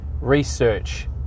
research